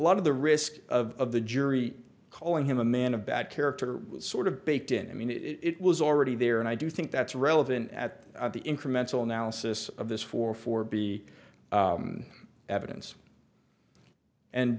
lot of the risk of the jury calling him a man of bad character was sort of baked in i mean it was already there and i do think that's relevant at the incremental analysis of this for for be evidence and